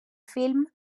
film